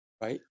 right